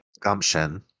gumption